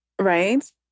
right